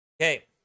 Okay